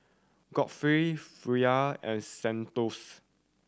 Godfrey and Santos